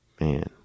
Man